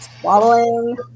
swallowing